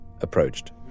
approached